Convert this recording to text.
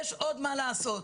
יש עוד מה לעשות.